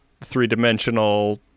three-dimensional